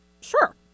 Sure